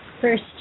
first